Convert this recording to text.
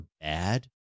bad